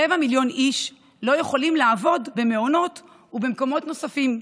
רבע מיליון איש לא יכולים לעבוד במעונות ובמקומות נוספים.